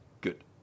good